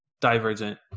Divergent